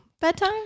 bedtime